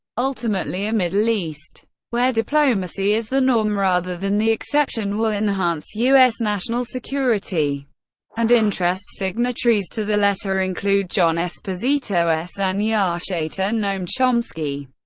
ultimately, a middle east where diplomacy is the norm rather than the exception will enhance u s. national security and interests, signatories to the letter include john esposito, ehsan and yarshater, noam chomsky,